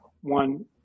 one